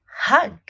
hug